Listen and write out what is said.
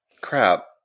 Crap